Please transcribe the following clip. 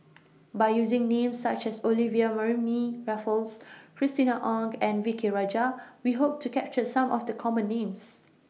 By using Names such as Olivia Mariamne Raffles Christina Ong and V K Rajah We Hope to capture Some of The Common Names